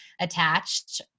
attached